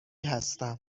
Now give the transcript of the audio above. هستم